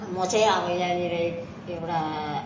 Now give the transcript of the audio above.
म चाहिँ अब यहाँनिर एक एउटा